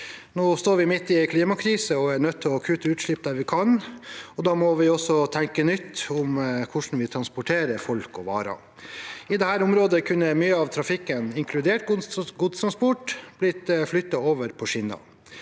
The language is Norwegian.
Nå står vi midt i en klimakrise og er nødt til å kutte utslipp der vi kan, og da må vi også tenke nytt om hvordan vi transporterer folk og varer. I dette området kunne mye av trafikken – inkludert godstransport – blitt flyttet over på skinner.